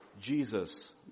Jesus